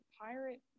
pirate